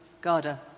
Garda